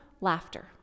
laughter